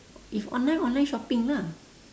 if online online shopping lah